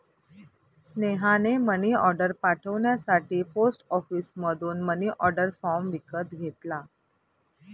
स्नेहाने मनीऑर्डर पाठवण्यासाठी पोस्ट ऑफिसमधून मनीऑर्डर फॉर्म विकत घेतला